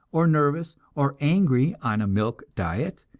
or nervous, or angry on a milk diet,